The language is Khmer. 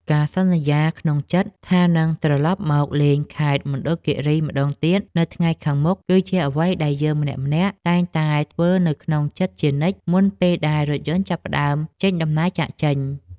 ការសន្យាក្នុងចិត្តថានឹងត្រឡប់មកលេងខេត្តមណ្ឌលគីរីម្ដងទៀតនៅថ្ងៃខាងមុខគឺជាអ្វីដែលយើងម្នាក់ៗតែងតែធ្វើនៅក្នុងចិត្តជានិច្ចមុនពេលដែលរថយន្តចាប់ផ្ដើមចេញដំណើរចាកចេញ។